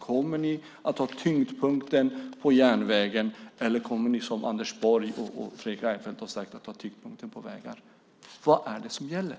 Kommer ni att ha tyngdpunkten på järnvägen, eller kommer ni, som Anders Borg och Fredrik Reinfeldt har sagt, att ha tyngdpunkten på vägar? Vad är det som gäller?